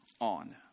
on